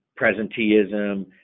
presenteeism